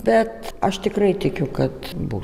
bet aš tikrai tikiu kad bus